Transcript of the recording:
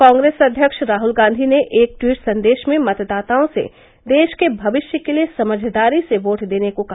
कांग्रेस अध्यक्ष राहुल गांधी ने एक ट्वीट संदेश में मतदाताओं से देश के भविष्य के लिए समझदारी से वोट देने को कहा